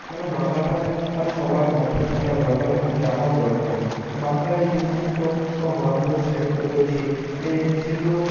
কেননা বাংলাটা সবার মধ্যে থাকা দরকার এবং জানাও দরকার বাংলায় যে সমস্ত গ্রন্থ সাহিত্য রয়েছে এ সেগুলোও